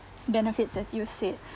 benefits as you said